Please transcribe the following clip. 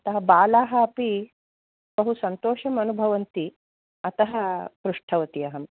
अतः बालाः अपि बहु सन्तोषम् अनुभवन्ति अतः पृष्टवती अहम्